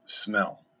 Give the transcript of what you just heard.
smell